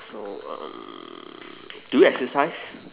so um do you exercise